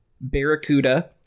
Barracuda